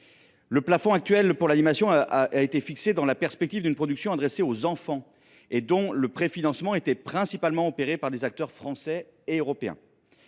Ce plafond pour l’animation a été fixé dans la perspective d’une production destinée aux enfants et dont le préfinancement était principalement le fait d’acteurs français et européens.